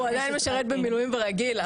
הוא עדיין משרת במילואים ורגיל.